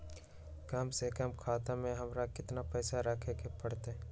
कम से कम खाता में हमरा कितना पैसा रखे के परतई?